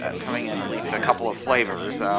um coming in at least a couple of flavors.